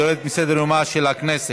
הלוואות למיגון דירות באזורי קו העימות,